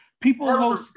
people